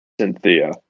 cynthia